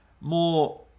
more